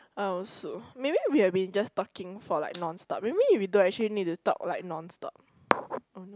I also maybe we have been just talking for like nonstop maybe we don't actually need to talk like nonstop oh no